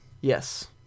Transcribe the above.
Yes